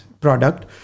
product